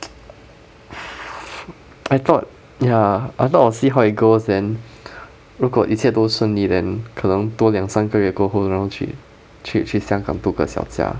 I thought ya I thought I'll see how it goes then 如果一切都顺利 then 可能多两三个月过后然后去去去香港度个小假